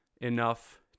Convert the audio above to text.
enough